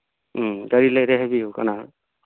ꯎꯝ ꯀꯔꯤ ꯂꯩꯔꯦ ꯍꯥꯏꯕꯤꯌꯨ ꯀꯅꯥ